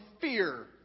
fear